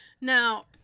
Now